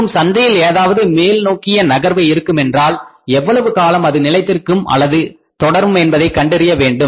மற்றும் சந்தையில் ஏதாவது மேல் நோக்கிய நகர்வு இருக்குமென்றால் எவ்வளவு காலம் அது நிலைத்திருக்கும் அல்லது தொடரும் என்பதை கண்டறிய வேண்டும்